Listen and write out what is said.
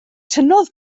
tynnodd